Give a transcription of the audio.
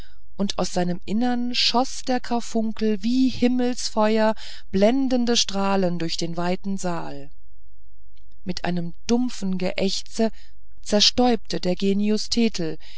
und aus seinem innern schoß der karfunkel wie himmelsfeuer blendende strahlen durch den weiten saal mit einem dumpfen geächze zerstäubte der genius thetel